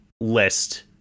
list